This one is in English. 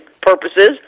purposes